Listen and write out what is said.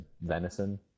venison